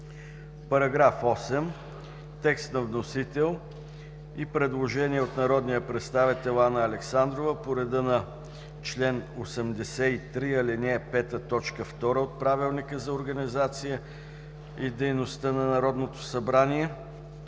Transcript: Параграф 7. Текст на вносител – предложение от народния представител Анна Александрова по реда на чл. 83, ал. 5, т. 2 от Правилника за организацията и дейността на Народното събрание.